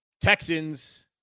Texans